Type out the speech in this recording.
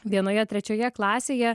vienoje trečioje klasėje